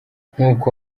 nk’uko